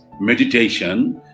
meditation